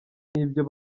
n’ibyo